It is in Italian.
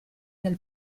del